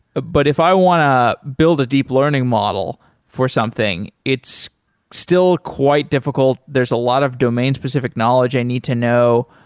ah but if i want to build a deep learning model for something, it's still quite difficult, there's a lot of domain-specific knowledge i need to know.